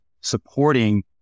supporting